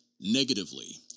Negatively